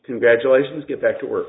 congratulations get back to work